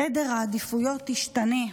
סדר העדיפויות השתנה.